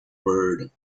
word